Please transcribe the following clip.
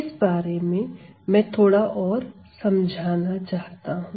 इस बारे में मैं थोड़ा और समझाना चाहता हूं